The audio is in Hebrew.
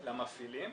למפעילים.